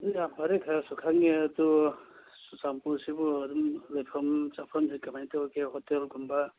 ꯑꯗꯨ ꯌꯥꯝ ꯐꯔꯦ ꯈꯔꯁꯨ ꯈꯪꯉꯦ ꯑꯗꯨ ꯆꯨꯔꯥꯆꯥꯟꯄꯨꯔꯁꯤꯕꯨ ꯑꯗꯨꯝ ꯂꯩꯐꯝ ꯆꯥꯐꯝꯁꯤ ꯀꯃꯥꯏꯅ ꯇꯧꯔꯤꯒꯦ ꯍꯣꯇꯦꯜꯒꯨꯝꯕ